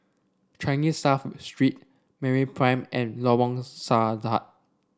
Changi South Street MeraPrime and Lorong Sahad